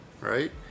right